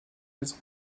maison